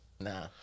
nah